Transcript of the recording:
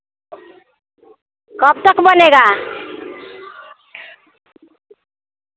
कब तक बनेगा